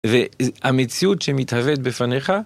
והמציאות שמתהוות בפניך